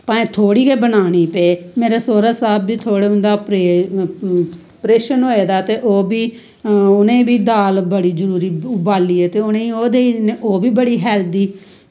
भाएं थोह्ड़ी गै बनानी पवै मेरे सौह्रा साहब बी थोह्ड़ी उंदा प्रेशन होए दा ते ओह् बी उनें बी दाल बड़ी जरूरी उबालियै ते उनें ई ओह् देई दिन्ने ओह्बी बड़ी हैल्दी